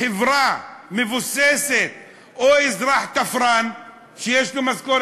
חובת פרסום דרכים להגשת בקשות שונות לנגיד באתר האינטרנט של בנק ישראל,